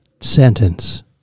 sentence